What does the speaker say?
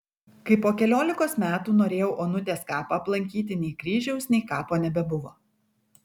kai po keliolikos metų norėjau onutės kapą aplankyti nei kryžiaus nei kapo nebebuvo